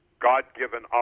God-given